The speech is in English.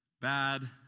bad